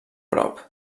prop